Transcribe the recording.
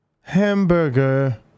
Hamburger